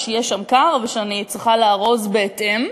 ושיהיה שם קר ושאני צריכה לארוז בהתאם,